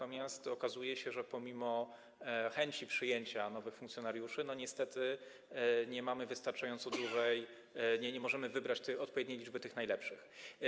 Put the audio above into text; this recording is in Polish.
Okazuje się, że pomimo chęci przyjęcia nowych funkcjonariuszy niestety nie mamy wystarczająco dużej, nie możemy wybrać odpowiedniej liczby tych najlepszych.